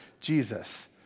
Jesus